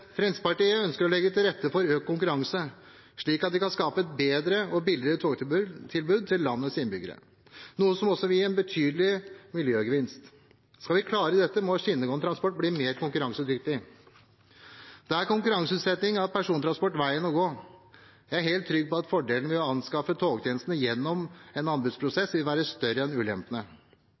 Fremskrittspartiet ønsker å legge til rette for økt konkurranse slik at vi kan skape et bedre og billigere togtilbud til landets innbyggere, noe som også vil gi en betydelig miljøgevinst. Skal vi klare dette, må skinnegående transport bli mer konkurransedyktig. Da er konkurranseutsetting av persontransport veien å gå. Jeg er helt trygg på at fordelene med å anskaffe togtjeneste gjennom en anbudsprosess vil være større enn ulempene.